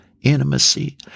intimacy